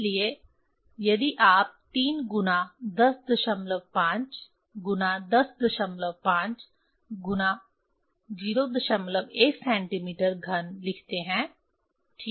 इसलिए यदि आप 3 गुना 105 गुना 105 गुना 01 सेंटीमीटर घन लिखते हैं ठीक